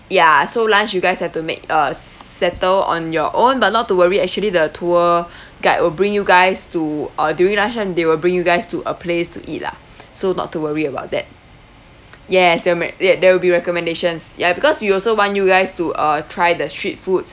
ya so lunch you guys have to make uh settle on your own but not to worry actually the tour guide will bring you guys to uh during lunch time they will bring you guys to a place to eat lah so not to worry about that yes there re~ there there will be recommendations ya because we also want you guys to uh try the street foods